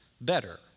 better